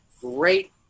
great